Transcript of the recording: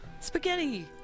Spaghetti